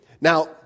Now